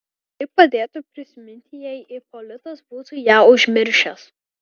tai padėtų prisiminti jei ipolitas būtų ją užmiršęs